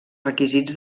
requisits